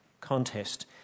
contest